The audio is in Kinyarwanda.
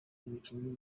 umukinnyi